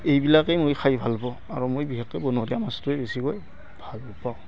এইবিলাকেই মই খাই ভাল পাওঁ আৰু মই বিশেষকে বনৰীয়া মাছটোৱে বেছিকৈ ভাল পাওঁ